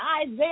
Isaiah